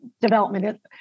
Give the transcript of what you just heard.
development